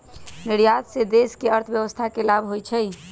निर्यात से देश के अर्थव्यवस्था के लाभ होइ छइ